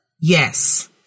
Yes